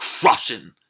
Crushing